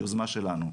יוזמה שלנו.